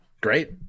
Great